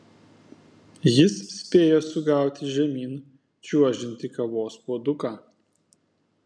jis spėjo sugauti žemyn čiuožiantį kavos puoduką